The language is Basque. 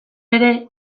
ere